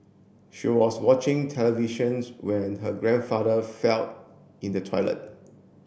she was watching televisions when her grandfather fell in the toilet